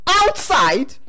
outside